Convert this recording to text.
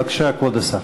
בבקשה, כבוד השר.